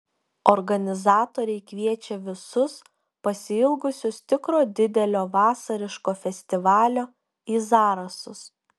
organizatoriai kviečia visus pasiilgusius tikro didelio vasariško festivalio į zarasus